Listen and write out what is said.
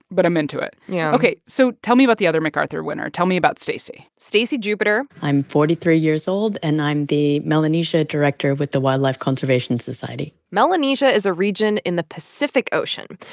but i'm into it yeah ok, so tell me about the other macarthur winner tell me about stacy stacy jupiter i'm forty three years old, and i'm the melanesia director with the wildlife conservation society melanesia is a region in the pacific ocean,